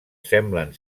semblen